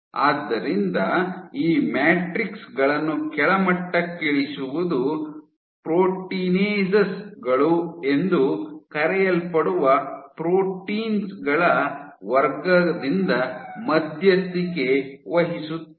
ಆದ್ದರಿಂದ ಈ ಮ್ಯಾಟ್ರಿಕ್ಸ್ ಗಳನ್ನು ಕೆಳಮಟ್ಟಕ್ಕಿಳಿಸುವುದು ಪ್ರೋಟೀನೇಸ್ ಗಳು ಎಂದು ಕರೆಯಲ್ಪಡುವ ಪ್ರೋಟೀನ್ ಗಳ ವರ್ಗದಿಂದ ಮಧ್ಯಸ್ಥಿಕೆ ವಹಿಸುತ್ತದೆ